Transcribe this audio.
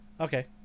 Okay